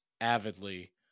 avidly